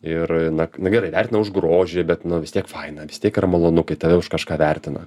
ir na na gerai vertina už grožį bet vis tiek faina vis tiek yra malonu kai tave už kažką vertina